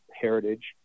heritage